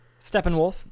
Steppenwolf